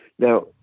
Now